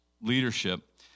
leadership